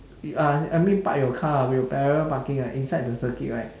uh I mean park your car with parallel parking uh inside the circuit right